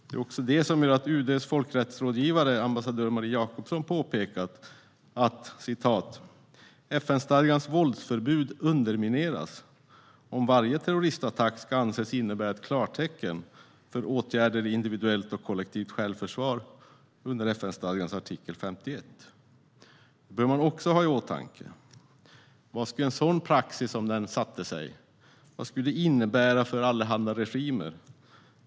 Det är också det som gör att UD:s folkrättsrådgivare ambassadör Marie Jacobsson påpekar att "FN-stadgans våldsförbud undermineras om varje terroristattack ska anses innebära ett klartecken för åtgärder i individuellt och kollektivt självförsvar under FN-stadgans artikel 51". Det bör man också ha i åtanke. Vad skulle en sådan praxis, om den satte sig, innebära för allehanda regimer?